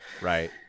right